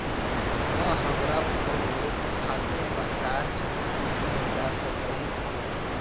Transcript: का हमरा फोन में खातों का चार्ट मिल जा सकलई हे